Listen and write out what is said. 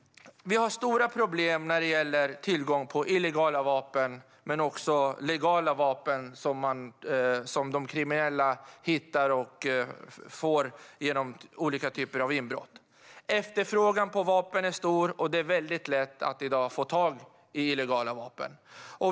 Vi har stora problem när det gäller tillgång på illegala vapen men också legala vapen som de kriminella hittar och skaffar sig vid olika typer av inbrott. Efterfrågan på vapen är stor, och det är lätt att i dag få tag i illegala vapen.